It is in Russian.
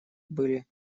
были